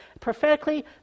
prophetically